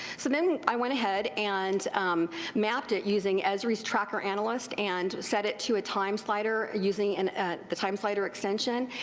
so then i went ahead and mapped it using ezryis tracker analyst and set it to a time slider using and the time slider extension,